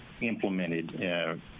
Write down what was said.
implemented